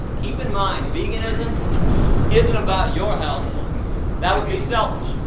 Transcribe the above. keep in mind, veganism isn't about your health that will be selfish.